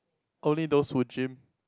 only those who gym